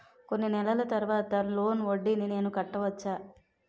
కొన్ని నెలల తర్వాత లోన్ వడ్డీని నేను కట్టవచ్చా?